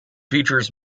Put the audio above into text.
features